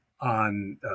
on